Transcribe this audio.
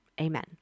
Amen